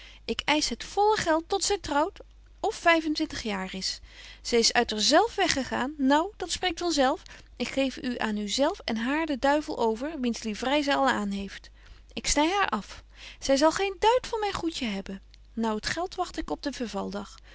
ik eisch het volle geld tot zy trouwt of vyfentwintig jaar is zy is uit er zelf weggegaan nou dat spreekt van zelf ik geef u aan u zelf en haar den duivel over wiens lievrei zy al aan heeft ik sny haar af zy zal geen duit van myn goedje hebben nou t geld wagt ik op den vervaldag